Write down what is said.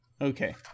Okay